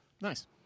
Nice